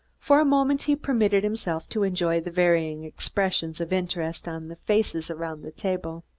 for a moment he permitted himself to enjoy the varying expressions of interest on the faces around the table.